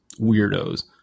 weirdos